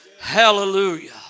hallelujah